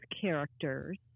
characters